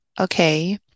Okay